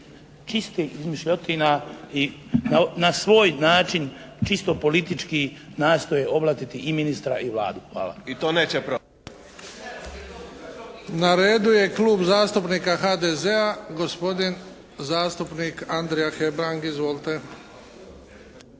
čiste izmišljotine i na svoj način čisto politički nastoje oblatiti i ministra i Vladu. Hvala. **Bebić, Luka (HDZ)** Na redu je Klub zastupnika HDZ-a, gospodin zastupnik Andrija Hebrang. Izvolite.